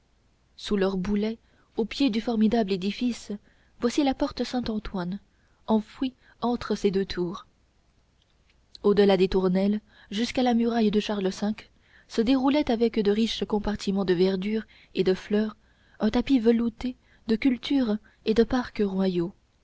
sous leur boulet au pied du formidable édifice voici la porte saint-antoine enfouie entre ses deux tours au delà des tournelles jusqu'à la muraille de charles v se déroulait avec de riches compartiments de verdure et de fleurs un tapis velouté de cultures et de parcs royaux